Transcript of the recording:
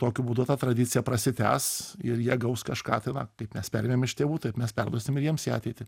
tokiu būdu ta tradicija prasitęs ir jie gaus kažką tai va kaip mes perėmėm iš tėvų taip mes perduosim ir jiems į ateitį